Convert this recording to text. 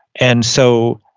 and so,